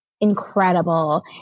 Incredible